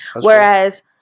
whereas